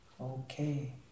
Okay